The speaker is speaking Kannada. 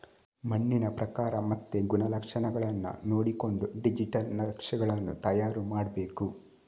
ಮಣ್ಣಿನ ಪ್ರಕಾರ ಮತ್ತೆ ಗುಣಲಕ್ಷಣಗಳನ್ನ ನೋಡಿಕೊಂಡು ಡಿಜಿಟಲ್ ನಕ್ಷೆಗಳನ್ನು ತಯಾರು ಮಾಡ್ಬೇಕು